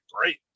great